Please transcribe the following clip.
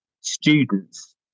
students